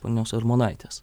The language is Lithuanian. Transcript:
ponios armonaitės